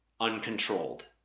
uncontrolled